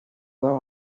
were